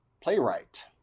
playwright